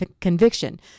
conviction